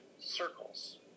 circles